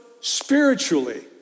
spiritually